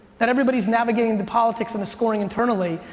that everybody's navigating the politics and the scoring internally,